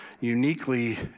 uniquely